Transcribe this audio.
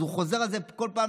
אז הוא חוזר על זה כל פעם,